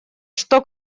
что